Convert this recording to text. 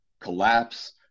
collapse